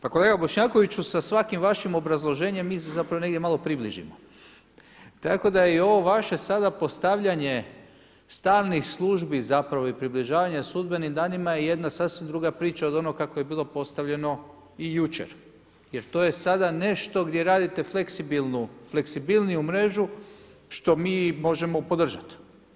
Pa kolega Bošnjakoviću, sa svakim vašim obrazloženjem mi se zapravo negdje malo približimo tako da je i ovo vaše sada postavljanje stalnih službi i približavanje sudbenih … jedna sasvim druga priča od onoga kako je bilo postavljeno i jučer jer to je sada nešto gdje radite fleksibilniju mrežu što mi možemo podržati.